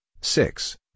six